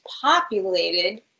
populated